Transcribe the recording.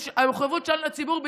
המחויבות שלנו היא לציבור בלבד.